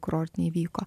kurortiniai vyko